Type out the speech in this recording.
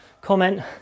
comment